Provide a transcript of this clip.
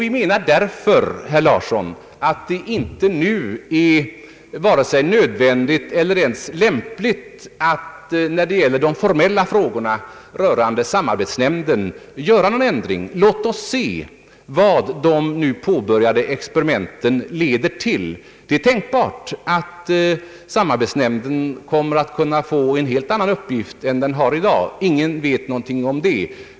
Vi menar därför, herr Thorsten Larsson, att det nu inte är vare sig nödvändigt eller lämpligt att göra någon ändring när det gäller de formella frågorna rörande samarbetsnämnderna. Låt oss se vad de nu påbörjade experimenten leder till. Det är tänkbart att samarbetsnämnden kan komma att få en helt annan uppgift än den har i dag. Ingen vet någonting härom.